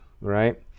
right